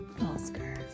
Oscar